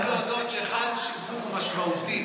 אני חייב להודות שחל שדרוג משמעותי.